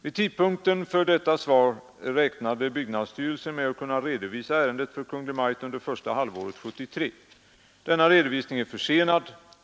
Vid tidpunkten för detta svar räknade byggnadsstyrelsen med att kunna redovisa ärendet för Kungl. Maj:t under första halvåret 1973. Denna redovisning är försenad.